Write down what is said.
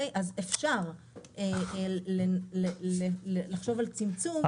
אפשר לחשוב על צמצום,